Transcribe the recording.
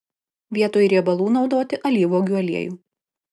vietoj riebalų naudoti alyvuogių aliejų